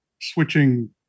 switching